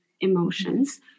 emotions